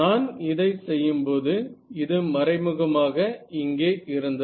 நான் இதை செய்யும் போது இது மறைமுகமாக இங்கே இருந்தது